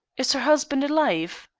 is her husband alive?